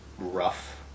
rough